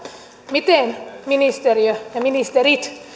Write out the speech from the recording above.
miten ministeriö ja ministerit